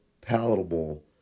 palatable